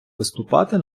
виступати